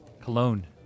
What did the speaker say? Cologne